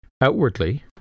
Outwardly